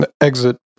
exit